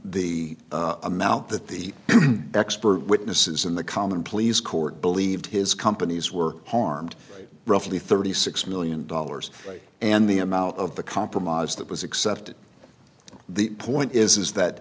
the amount that the expert witnesses and the common pleas court believed his companies were harmed roughly thirty six million dollars and the amount of the compromise that was accepted the point is is that